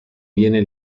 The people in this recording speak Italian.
viene